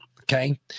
okay